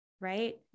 right